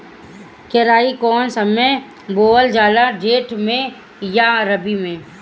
केराई कौने समय बोअल जाला जेठ मैं आ रबी में?